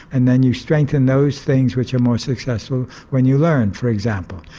and then you strengthen those things which are more successful when you learn, for example.